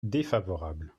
défavorable